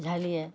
बुझलियै